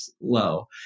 low